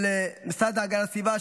ולמשרד להגנת הסביבה,